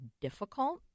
difficult